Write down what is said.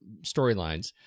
storylines